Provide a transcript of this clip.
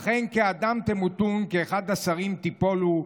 אכן, כאדם תמותון, וכאחד השרים תפלו.